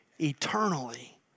eternally